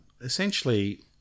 Essentially